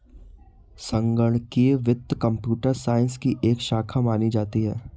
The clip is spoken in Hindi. संगणकीय वित्त कम्प्यूटर साइंस की एक शाखा मानी जाती है